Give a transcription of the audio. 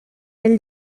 elle